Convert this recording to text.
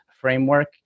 framework